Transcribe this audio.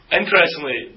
interestingly